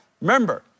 Remember